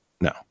no